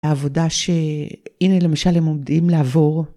העבודה שהנה למשל הם עומדים לעבור.